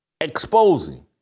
exposing